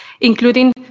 including